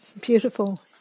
Beautiful